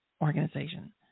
organization